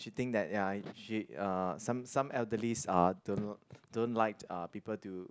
she think that ya she uh some some elderlies uh don't know don't like people to